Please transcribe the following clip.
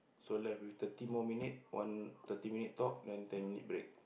so left with thirty more minute one thirty minute talk then ten minute break